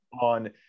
On